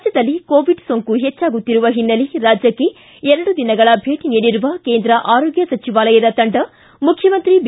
ರಾಜ್ಯದಲ್ಲಿ ಕೊರೋನಾ ಸೋಂಕು ಹೆಚ್ಚುತ್ತಾಗುತ್ತಿರುವ ಹಿನ್ನೆಲೆ ರಾಜ್ಯಕ್ಷೆ ಎರಡು ದಿನಗಳ ಭೇಟಿ ನೀಡಿರುವ ಕೇಂದ್ರ ಆರೋಗ್ಯ ಸಚಿವಾಲಯದ ತಂಡ ಮುಖ್ಯಮಂತ್ರಿ ಬಿ